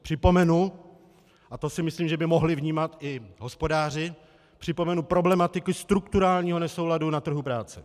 Připomenu, a to si myslím, že by mohli vnímat i hospodáři, připomenu problematiku strukturálního nesouladu na trhu práce.